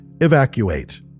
evacuate